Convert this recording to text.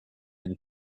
une